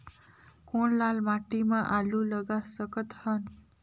कौन लाल माटी म आलू लगा सकत हन?